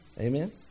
Amen